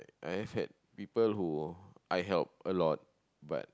I've had people who I help a lot but